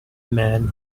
man